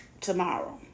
tomorrow